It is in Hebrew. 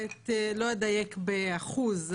לא אדייק באחוז בדיון.